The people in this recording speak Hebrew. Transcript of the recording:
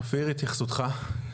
אופיר, התייחסותך.